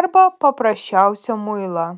arba paprasčiausią muilą